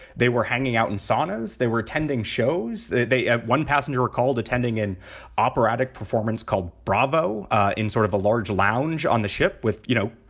they were hanging out in song as they were attending shows. they they at one passenger, recalled attending an operatic performance called bravo in sort of a large lounge on the ship with, you know,